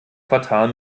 quartal